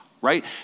right